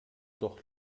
doch